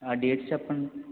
హా డేట్స్ చెప్పండి